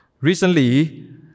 Recently